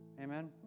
amen